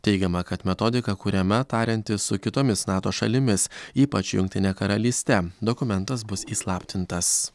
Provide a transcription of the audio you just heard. teigiama kad metodika kuriama tariantis su kitomis nato šalimis ypač jungtine karalyste dokumentas bus įslaptintas